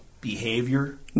behavior